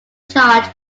charge